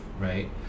right